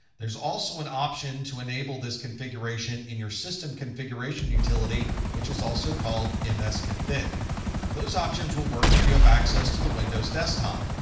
there's also an option to enable this configuration in your system configuration utility which is also called um msconfig. those options will work if you have access to the windows desktop.